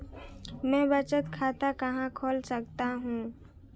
मैं बचत खाता कहां खोल सकता हूं?